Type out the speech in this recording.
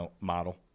model